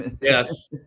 Yes